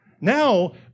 Now